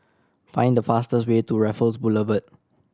find the fastest way to Raffles Boulevard